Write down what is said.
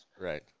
Right